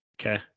Okay